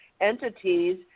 entities